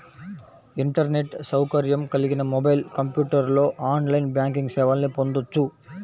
internet సౌకర్యం కలిగిన mobile, కంప్యూటర్లో ఆన్లైన్ బ్యాంకింగ్ సేవల్ని పొందొచ్చు